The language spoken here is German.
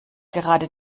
gerade